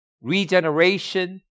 regeneration